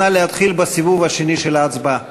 נא להתחיל בסיבוב השני של ההצבעה.